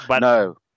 No